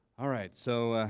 all right. so,